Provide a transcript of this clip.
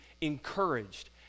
encouraged